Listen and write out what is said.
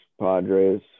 Padres